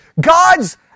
God's